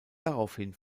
daraufhin